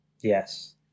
Yes